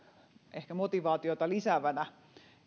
ehkä motivaatiota lisäävänä